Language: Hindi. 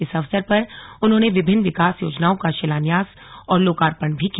इस अवसर पर उन्होंने विभिन्न विकास योजनाओं का शिलान्यास और लोकार्पण भी किया